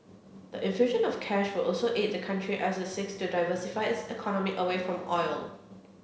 the infusion of cash also would aid the country as it seeks to diversify its economy away from oil